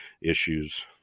issues